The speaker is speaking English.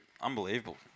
unbelievable